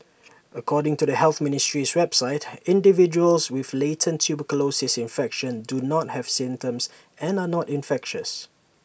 according to the health ministry's website individuals with latent tuberculosis infection do not have symptoms and are not infectious